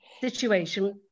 situation